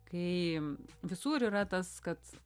kai visur yra tas kad